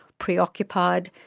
preoccupied.